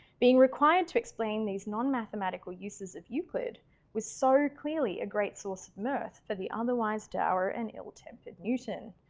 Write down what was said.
being required to explain these non mathematical uses of euclid was so clearly a great source of mirth for the otherwise dour and ill-tempered newton.